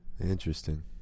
interesting